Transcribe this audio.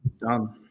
Done